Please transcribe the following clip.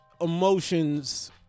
emotions